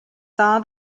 saw